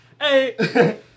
Hey